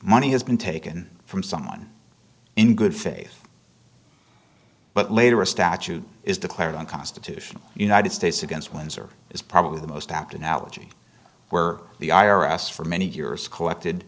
money has been taken from someone in good faith but later a statute is declared unconstitutional united states against windsor is probably the most apt analogy where the i r s for many years collected